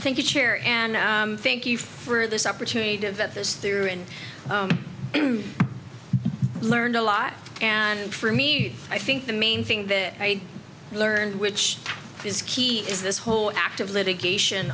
fair and thank you for this opportunity to vote this through and learned a lot and for me i think the main thing that i learned which is key is this whole act of litigation